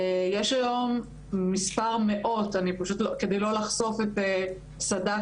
יש היום מספר מאוד - על מנת לא לחשוף את סד"כ